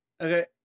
Okay